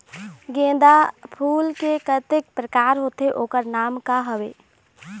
गेंदा फूल के कतेक प्रकार होथे ओकर नाम का हवे?